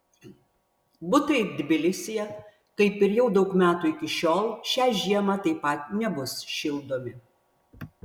butai tbilisyje kaip ir jau daug metų iki šiol šią žiemą taip pat nebus šildomi